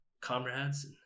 comrades